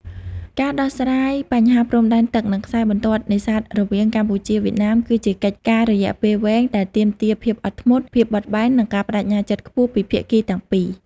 ការដោះស្រាយបញ្ហាព្រំដែនទឹក និងខ្សែបន្ទាត់នេសាទរវាងកម្ពុជា វៀតណាម គឺជាកិច្ចការរយៈពេលវែងដែលទាមទារភាពអត់ធ្មត់ ភាពបត់បែន និងការប្តេជ្ញាចិត្តខ្ពស់ពីភាគីទាំងពីរ។